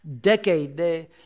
decade